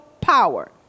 power